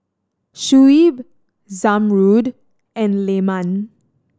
Shuib Zamrud and Leman